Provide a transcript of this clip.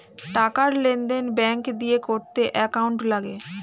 টাকার লেনদেন ব্যাঙ্ক দিয়ে করতে অ্যাকাউন্ট লাগে